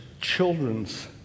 children's